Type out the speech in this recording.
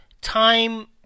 time